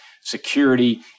security